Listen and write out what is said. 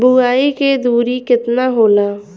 बुआई के दूरी केतना होला?